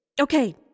Okay